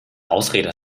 ausrede